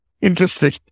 Interesting